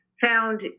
found